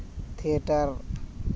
theatre